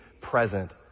present